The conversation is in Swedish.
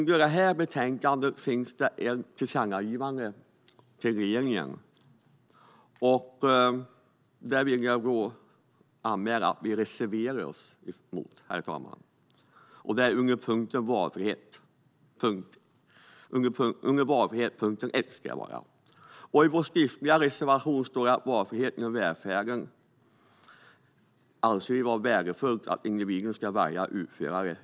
I betänkandet finns det ett tillkännagivande till regeringen under punkt 1 om valfrihet, och jag vill anmäla att vi reserverar oss mot det. I vår skriftliga reservation står det att när det gäller valfrihet i välfärden anser vi det vara värdefullt att individen ska kunna välja utförare.